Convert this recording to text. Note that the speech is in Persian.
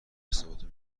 حسابتو